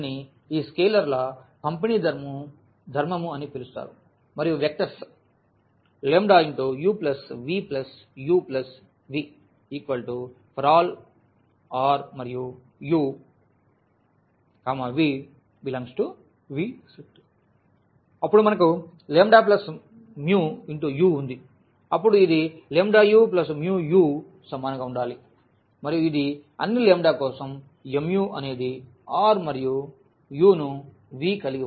దీనిని ఈ స్కేలర్ల పంపిణీ ధర్మము అని పిలుస్తారు మరియు vectors u v u v ∀ R మరియు u v∈V అప్పుడు మనకు ఈ λμu వుంది అప్పుడు ఇది uμu సమానంగా ఉండాలి మరియు ఇది అన్ని లాంబ్డా కోసం mu అనేది Rమరియు u ను v కలిగి ఉండాలి